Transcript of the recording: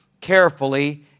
carefully